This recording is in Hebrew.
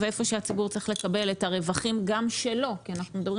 והיכן שהציבור צריך לקבל את הרווחים שלו אנחנו מדברים